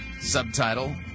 subtitle